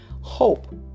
Hope